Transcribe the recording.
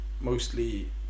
Mostly